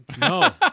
no